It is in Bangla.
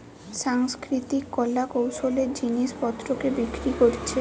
সাংস্কৃতিক কলা কৌশলের জিনিস পত্রকে বিক্রি কোরছে